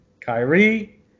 Kyrie